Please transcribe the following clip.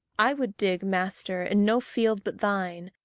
i would dig, master, in no field but thine,